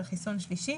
על חיסון שלישי,